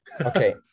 Okay